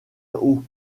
haut